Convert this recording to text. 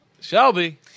Shelby